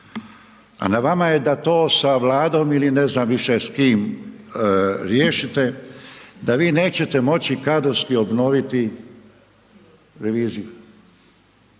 a na vama je da to sa vladom ili ne znam više s kim riješite, da vi neće moći kadrovski obnoviti reviziju.